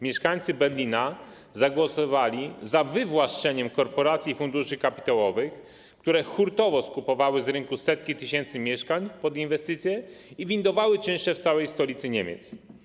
Mieszkańcy Berlina zagłosowali za wywłaszczeniem korporacji i funduszy kapitałowych, które hurtowo skupowały z rynku setki tysięcy mieszkań pod inwestycje i windowały czynsze w całej stolicy Niemiec.